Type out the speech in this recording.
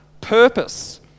purpose